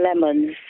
lemons